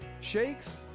shakes